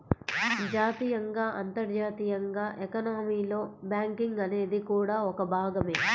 జాతీయంగా, అంతర్జాతీయంగా ఎకానమీలో బ్యాంకింగ్ అనేది కూడా ఒక భాగమే